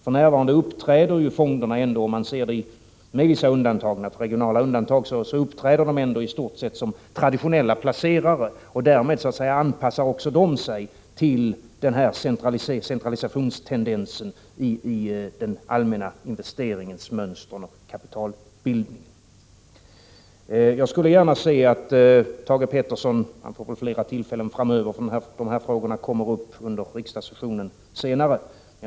För närvarande uppträder ju fonderna ändå, med vissa regionala undantag, i stort sett som traditionella placerare. Därmed anpassar också de sig till centralisationstendensen i den allmänna investeringens mönster, i kapitalbildningen. Thage Peterson får väl flera tillfällen framöver att beröra dessa frågor, för de kommer upp senare under riksdagssessionen.